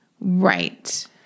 Right